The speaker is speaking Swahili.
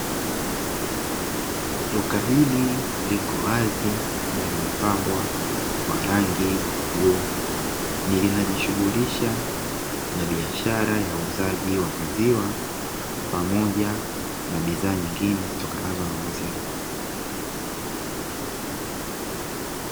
Duka hili liko wazi na limepambwa kwa rangi ya bluu, ni linajishughulisha na biashara ya uuzaji wa maziwa pamoja na bidhaa nyingine zitokanazo na maziwa.